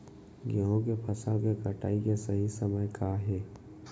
गेहूँ के फसल के कटाई के सही समय का हे?